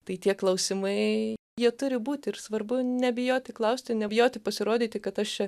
tai tie klausimai jie turi būti ir svarbu nebijoti klausti nebijoti pasirodyti kad aš čia